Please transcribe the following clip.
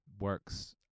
works